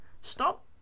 Stop